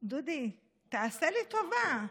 דודי, תעשה לי טובה.